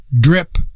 drip